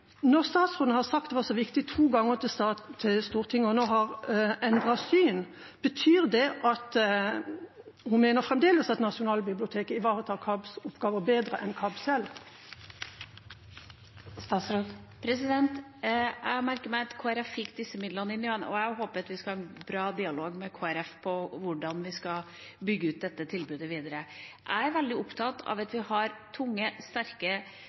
Når statsråden har sagt to ganger til Stortinget at det var så viktig, og nå har endret syn, betyr det at hun fremdeles mener Nasjonalbiblioteket ivaretar KABBs oppgaver bedre enn KABB selv? Jeg har merket meg at Kristelig Folkeparti fikk disse midlene inn igjen, og jeg håper at vi skal ha en bra dialog med Kristelig Folkeparti om hvordan vi skal bygge ut dette tilbudet videre. Jeg er veldig opptatt av at vi har tunge, sterke